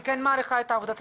אני כן מעריכה את עבודת המשטרה.